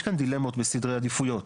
יש כאן דילמות בסדרי עדיפויות.